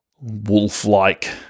wolf-like